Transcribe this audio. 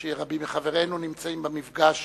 הזכרתי שרבים מחברינו נמצאים במפגש